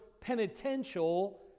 penitential